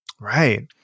Right